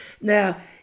now